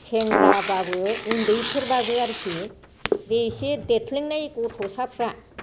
सेंग्राबाबो उन्दैफोरबाबो आरोखि बे एसे देरस्लिंनाय गथ'साफोरा